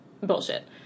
bullshit